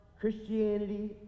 Christianity